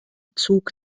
zug